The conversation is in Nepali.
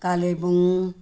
कालेबुङ